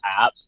apps